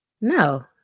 No